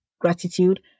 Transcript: gratitude